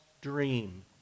dream